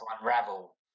unravel